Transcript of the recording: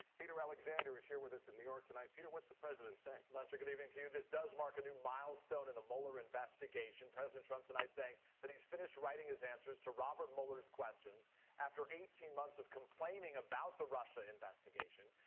peter alexander is here with us in new york tonight. peter, what's the president saying? lester, good evening to you. this does mark a new milestone in the mueller investigation. president trump saying he's finished writing his answers to robert mueller's questions after eighteen months of complaining about the russia investigation.